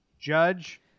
Judge